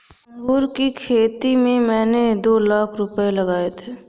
अंगूर की खेती में मैंने दो लाख रुपए लगाए थे